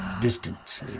distance